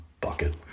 bucket